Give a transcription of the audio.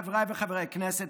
חבריי חברי הכנסת,